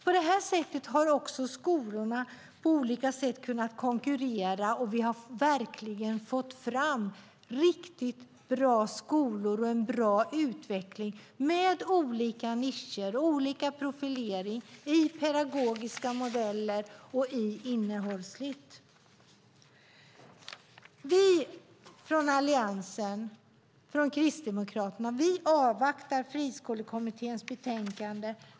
På detta sätt har skolorna också kunnat konkurrera, och vi har fått fram riktigt bra skolor och en bra utveckling med olika nischer och profilering i pedagogiska modeller och innehållsligt. Alliansen och Kristdemokraterna avvaktar Friskolekommitténs betänkande.